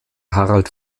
harald